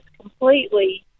completely